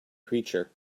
creature